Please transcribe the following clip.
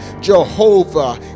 Jehovah